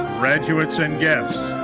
graduates and guests,